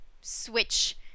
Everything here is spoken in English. switch